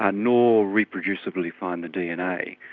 ah nor reproducibly find the dna.